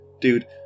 Dude